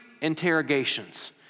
interrogations